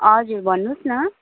हजुर भन्नुहोस् न